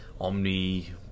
Omni